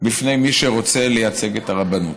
בפני מי שרוצה לייצג את הרבנות.